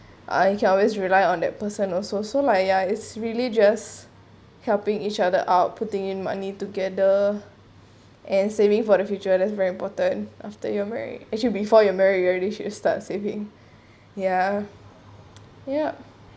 I can always rely on that person also so like ya it's religious helping each other out putting in money together and saving for the future that's very important after your married actually before you're married you already should you start saving ya yup